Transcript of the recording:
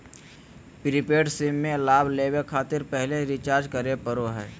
prepaid SIM में लाभ लेबे खातिर पहले रिचार्ज करे पड़ो हइ